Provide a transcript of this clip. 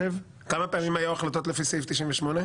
כמה פעמים היו החלטות לפי סעיף 98?